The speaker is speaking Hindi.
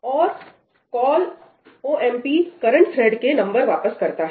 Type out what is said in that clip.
और कॉल ओएमपी करंट थ्रेड के नंबर वापस करता है